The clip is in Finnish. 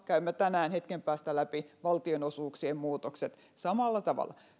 käymme tänään hetken päästä läpi valtionosuuksien muutokset joissa on tehty samalla tavalla